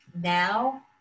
now